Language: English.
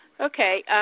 Okay